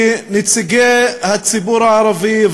כנציגי הציבור הערבי,